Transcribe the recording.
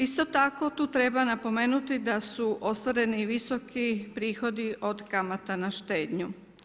Isto tako, tu treba napomenuti da su ostvareni visoki prihod od kamata na štednju.